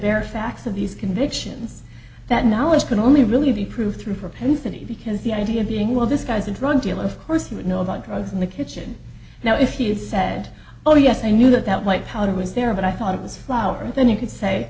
their facts of these convictions that knowledge can only really be proved through propensity because the idea being well this guy's a drug dealer of course he would know about drugs in the kitchen now if you'd said oh yes i knew that that white powder was there but i thought it was flour and then you could say